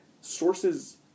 sources